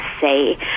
say